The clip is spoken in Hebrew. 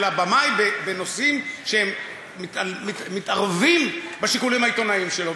הבמאי בנושאים שהם מתערבים בשיקולים העיתונאיים שלו,